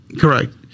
correct